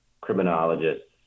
criminologists